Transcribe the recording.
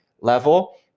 level